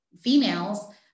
females